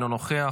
אינו נוכח,